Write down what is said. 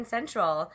Central